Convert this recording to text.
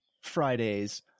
Fridays